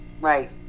right